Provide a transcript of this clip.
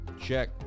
check